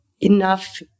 enough